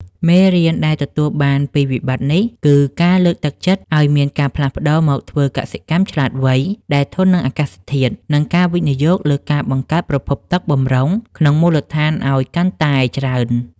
មេរៀនដែលទទួលបានពីវិបត្តិនេះ គឺការលើកទឹកចិត្តឱ្យមានការផ្លាស់ប្តូរមកធ្វើកសិកម្មឆ្លាតវៃដែលធន់នឹងអាកាសធាតុ និងការវិនិយោគលើការបង្កើតប្រភពទឹកបម្រុងក្នុងមូលដ្ឋានឱ្យបានកាន់តែច្រើន។